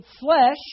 flesh